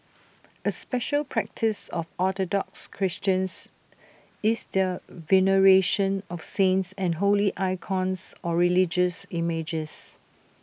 A special practice of Orthodox Christians is their veneration of saints and holy icons or religious images